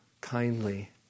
kindly